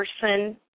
person